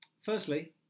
Firstly